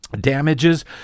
Damages